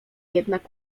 jednak